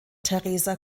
theresa